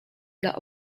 dla